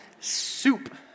soup